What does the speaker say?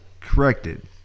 Corrected